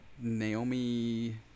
Naomi